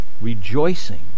Rejoicing